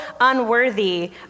unworthy